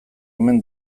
omen